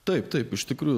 taip taip iš tikrųjų